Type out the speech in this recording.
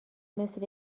مثل